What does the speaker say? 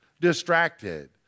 Distracted